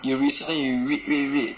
you research you read read read